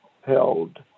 held